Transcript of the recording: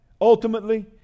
ultimately